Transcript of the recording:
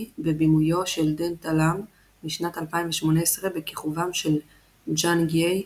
בבימויו של דנטה לאם משנת 2018 בכיכובם של ג'אנג יי,